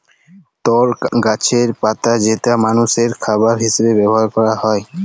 তর গাছের পাতা যেটা মালষের খাবার হিসেবে ব্যবহার ক্যরা হ্যয়